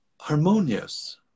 harmonious